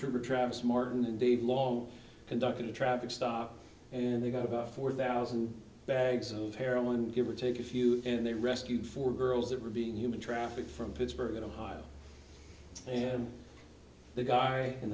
trooper travis martin and they've long conducted a traffic stop and they've got about four thousand bags of heroin give or take a few and they rescued four girls that were being human traffic from pittsburgh in ohio and the guy